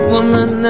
Woman